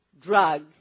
drug